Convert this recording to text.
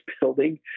building